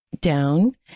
down